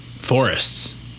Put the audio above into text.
forests